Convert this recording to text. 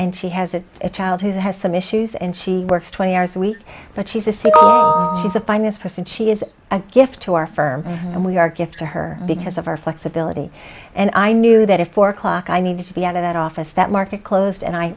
and she has a child who has some issues and she works twenty hours a week but she's a sick all she's the finest person she is a gift to our firm and we are gift to her because of our flexibility and i knew that if four o'clock i needed to be out of that office that market closed and i